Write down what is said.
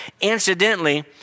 Incidentally